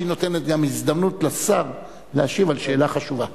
שגם נותנת הזדמנות לשר להשיב על שאלה חשובה.